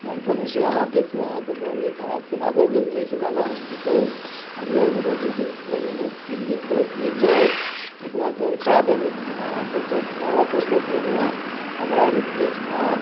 हम कहलहुँ से अहाँ देखू अहाँके हम बल्ब खराब केना भऽ गेल ताहिसँ ज्यादा हम की कहू हम लऽ गेलहुँ दू दिन लगेलहुँ तीन दिन बहुत नीक जरल तकर बाद बल्ब खराब भऽ गेल हम अहाँके ओतय वापस लऽ कऽ एलहुँ हेँ हमरा रिप्लेसमे अहाँ